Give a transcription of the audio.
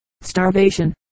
starvation